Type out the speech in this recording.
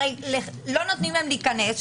הרי לא נותנים להם להיכנס,